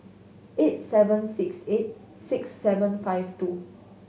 eight seven six eight six seven five two